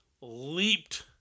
leaped